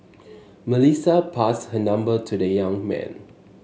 Melissa passed her number to the young man